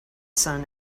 sun